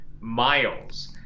miles